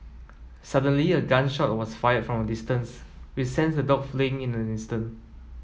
suddenly a gun shot was fired from a distance which sent the dogs fleeing in an instant